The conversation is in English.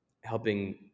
helping